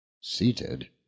seated